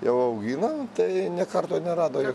jau auginu tai nė karto nerado